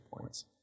points